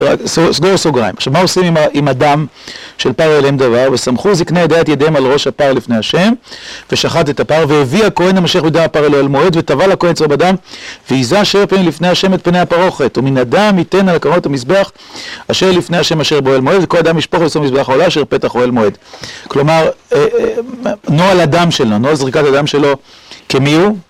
סגורו סוגריים, עכשיו מה עושים עם אדם של פר אליהם דבר? וסמכו זקנה ידעת ידיהם על ראש הפר לפני השם ושחט את הפר והביא הקוהן המשך בידי הפר אליהם אל מועד וטבע לה קוהן צהוב אדם ועיזה אשר פן לפני השם את פני הפרוכת ומן אדם ייתן על הכבוד המזבח אשר לפני השם אשר בו אל מועד וכל אדם ישפוך על אשר המזבח העולה אשר פתח הוא אל מועד כלומר נו על אדם שלו, נו על זריקת אדם שלו כמיהו